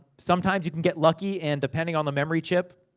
sometimes, you can get lucky, and depending on the memory chip,